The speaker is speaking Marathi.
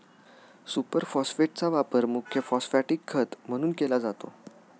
सुपर फॉस्फेटचा वापर मुख्य फॉस्फॅटिक खत म्हणून केला जातो